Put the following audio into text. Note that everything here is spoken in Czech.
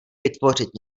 vytvořit